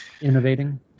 innovating